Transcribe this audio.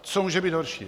Co může být horšího?